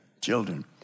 children